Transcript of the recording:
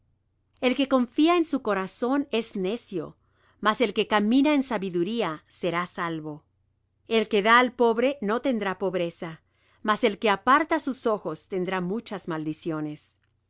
el que confía en su corazón es necio mas el que camina en sabiduría será salvo el que da al pobre no tendrá pobreza mas el que aparta sus ojos tendrá muchas maldiciones